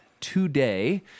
today